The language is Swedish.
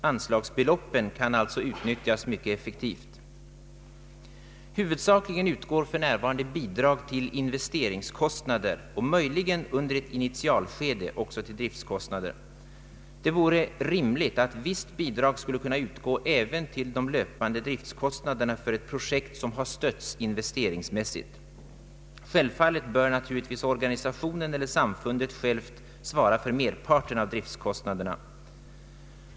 Anslagsbeloppen kan alltså utnyttjas effektivt. 2) Huvudsakligen utgår för närvarande bidrag till investeringskostnader och möjligen till driftskostnader under ett initialskede. Det vore emellertid rimligt att visst bidrag skulle kunna utgå även till de löpande driftskostnaderna för ett projekt som stötts investeringsmässigt. Självfallet bör organisationen eller samfundet självt svara för merparten av driftskostnaderna.